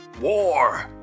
War